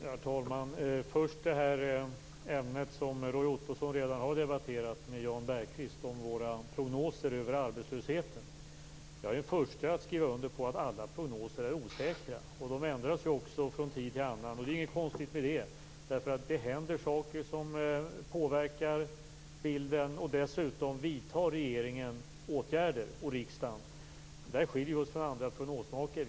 Herr talman! Låt mig först ta upp det ämne som Roy Ottosson redan har debatterat med Jan Bergqvist. Det gäller våra prognoser över arbetslösheten. Jag är den första att skriva under på att alla prognoser är osäkra. De ändras ju också från tid till annan. Det är ingenting konstigt med det. Det händer saker som påverkar bilden. Dessutom vidtar regeringen och riksdagen åtgärder. Där skiljer vi oss från andra prognosmakare.